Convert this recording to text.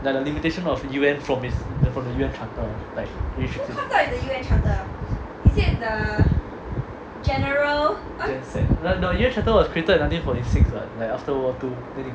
like the limitation of U_N from it's from the U_N charter no no U_N charter was created in nineteen forty six [what] like after war two